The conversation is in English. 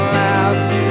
last